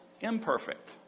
imperfect